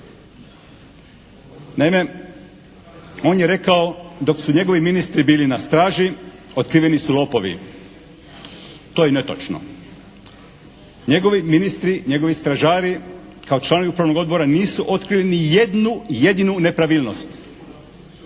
Naime, on je rekao dok su njegovi ministri bili na straži otkriveni su lopovi. To je netočno. Njegovi ministri, njegovi stražari kao članovi upravnog odbora nisu otkrili ni jednu jedinu nepravilnost.